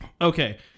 Okay